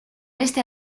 este